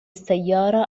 السيارة